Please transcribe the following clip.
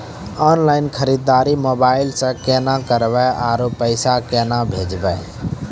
Online खरीददारी mobile से केना करबै, आरु पैसा केना भेजबै?